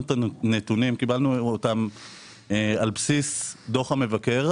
קיבלנו אותם על בסיס דוח המבקר.